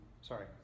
sorry